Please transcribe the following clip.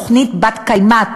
תוכנית בת-קיימא,